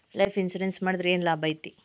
Life insurance ಮಾಡ್ಸಿದ್ರ ಏನ್ ಲಾಭೈತಿ?